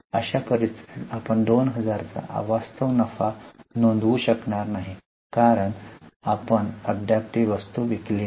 अशा परिस्थितीत आपण 2000 चा अवास्तव नफा नोंदवू शकणार नाही कारण आपण अद्याप ती वस्तू विकली नाही